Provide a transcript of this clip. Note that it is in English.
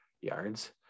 yards